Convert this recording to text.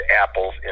apples